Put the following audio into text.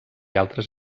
altres